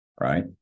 right